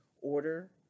order